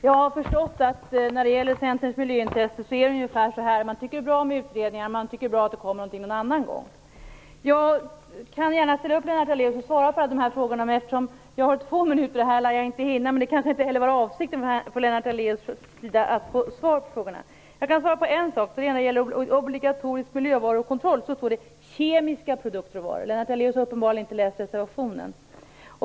Jag har förstått att när det gäller Centerns miljöintresse är det ungefär så här: Man tycker att det är bra med utredningar, och man tycker att det är bra att det kommer någonting någon annan gång. Jag kan gärna ställa upp, Lennart Daléus, och svara på de här frågorna, men eftersom jag har två minuter på mig här lär jag inte hinna det nu. Det kanske inte heller var avsikten från Lennart Daléus sida att få svar på frågorna. Jag kan svara på en sak. Om obligatorisk miljövarukontroll står det i reservationen "kemiska produkter och varor". Lennart Daléus har uppenbarligen inte läst reservationen.